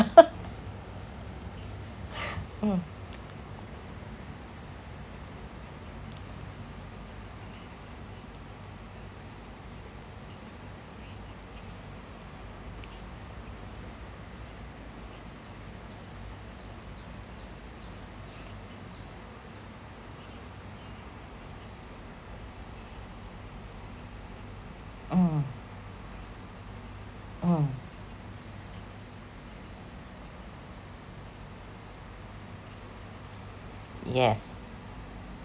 mm mm mm yes